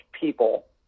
people